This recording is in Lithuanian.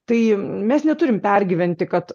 tai mes neturim pergyventi kad